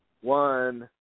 one